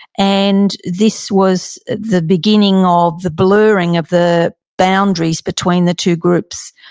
and this was the beginning or the blurring of the boundaries between the two groups.